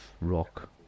rock